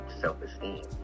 self-esteem